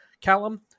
Callum